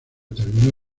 terminó